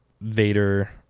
Vader